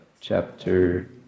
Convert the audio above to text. chapter